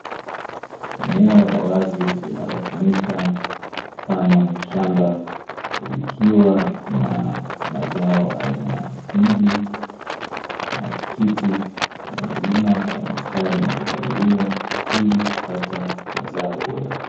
Eneo la wazi linalo tumika kama shamba, likiwa na mazao aina ya mahindi, matikiti yamelimwa kwa mistari ya kupaliliwa ili kupata mazao bora.